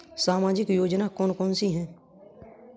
सामाजिक योजना कौन कौन सी हैं?